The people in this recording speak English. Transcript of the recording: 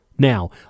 Now